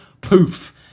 Poof